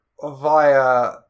via